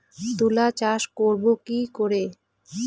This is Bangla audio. তুলা চাষ করব কি করে?